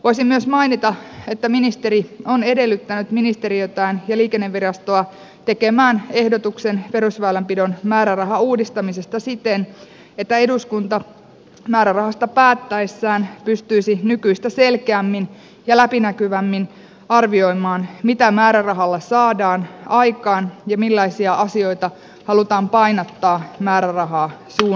voisin myös mainita että ministeri on edellyttänyt ministeriötään ja liikennevirastoa tekemään ehdotuksen perusväylänpidon määrärahan uudistamisesta siten että eduskunta määrärahasta päättäessään pystyisi nykyistä selkeämmin ja läpinäkyvämmin arvioimaan mitä määrärahalla saadaan aikaan ja millaisia asioita halutaan painottaa määrärahaa suunnatessa